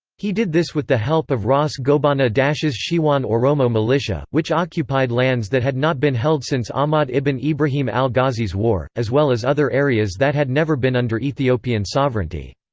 he did this with the help of ras gobana dacche's shewan oromo militia, which occupied lands that had not been held since ahmad ibn ibrahim al-ghazi's war, as well as other areas that had never been under ethiopian sovereignty.